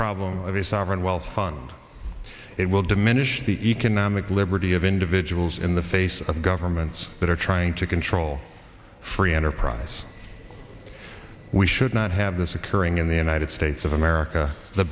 sovereign wealth fund it will diminish the economic liberty of individuals in the face of governments that are trying to control free enterprise we should not have this occurring in the united states of america the